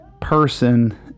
person